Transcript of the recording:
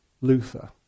Luther